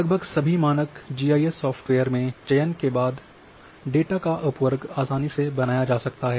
लगभग सभी मानक जीआईएस सॉफ़्टवेयर में चयन के बाद डेटा का उपवर्ग आसानी से बनाया जा सकता है